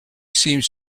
seems